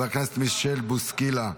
חבר הכנסת מישל בוסקילה,